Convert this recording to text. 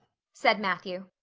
said matthew.